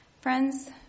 Friends